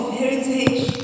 heritage